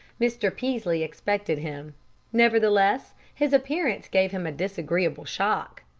mr. peaslee expected him nevertheless his appearance gave him a disagreeable shock.